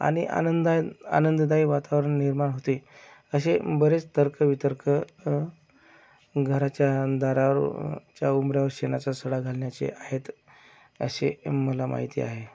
आणि आनंदान आनंददायी वातावरण निर्माण होते असे बरेच तर्क वितर्क घराच्या दाराव् वरच्या उंबरावर शेणाचा सडा घालण्याचे आहेत असे मला माहिती आहे